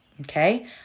okay